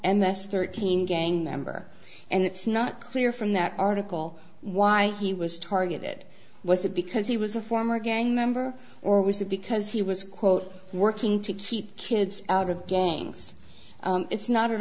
and that's thirteen gang member and it's not clear from that article why he was targeted was it because he was a former gang member or was it because he was quote working to keep kids out of gangs it's not at